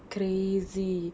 crazy